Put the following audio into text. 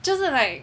就是 like